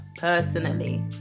personally